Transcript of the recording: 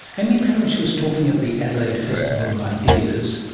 amy parish was talking at the adelaide festival of ideas,